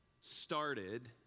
started